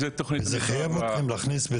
תואר שני בתכנון ערים,